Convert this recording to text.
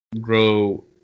grow